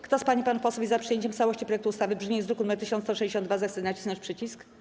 Kto z pań i panów posłów jest za przyjęciem w całości projektu ustawy w brzmieniu z druku nr 1162, zechce nacisnąć przycisk.